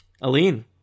Aline